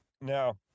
Now